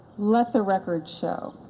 let the record show,